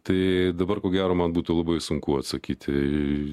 tai dabar ko gero man būtų labai sunku atsakyti